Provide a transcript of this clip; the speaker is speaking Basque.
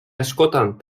askotan